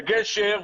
גשר,